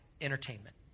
entertainment